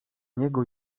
niego